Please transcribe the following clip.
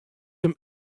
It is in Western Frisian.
him